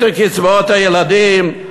קצבאות הילדים,